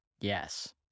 Yes